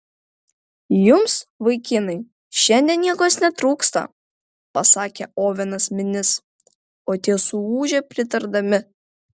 jums vaikinai šiandien jėgos netrūksta pasakė ovenas minis o tie suūžė pritardami